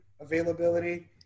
availability